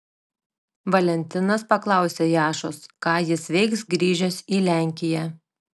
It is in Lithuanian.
valentinas paklausė jašos ką jis veiks grįžęs į lenkiją